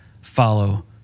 follow